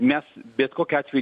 mes bet kokiu atveju